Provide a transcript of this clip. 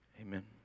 Amen